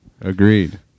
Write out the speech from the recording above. agreed